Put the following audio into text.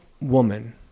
woman